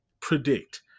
predict